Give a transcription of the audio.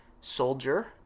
soldier